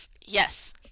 Yes